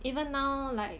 even now like